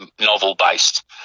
novel-based